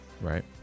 Right